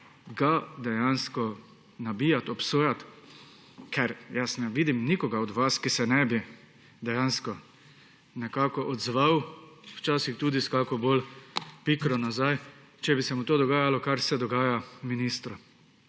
dejansko nabijati, obsojati, ker jaz ne vidim nikogar od vas, ki se ne bi nekako odzval, včasih tudi s kakšno bolj pikro nazaj, če bi se mu dogajalo to, kar se dogaja ministru.